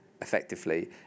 effectively